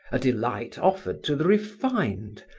a delight offered to the refined,